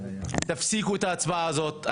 תפסיקו את ההצבעה הזאת.